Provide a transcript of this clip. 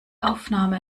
aufnahme